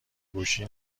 گوشی